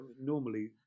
normally